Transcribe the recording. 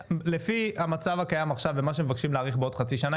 לפי המצב הקיים עכשיו ומה שמבקשים להאריך בעוד חצי שנה,